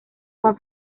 con